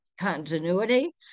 continuity